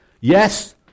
yes